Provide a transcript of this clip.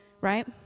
Right